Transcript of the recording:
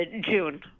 June